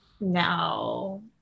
no